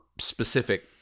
specific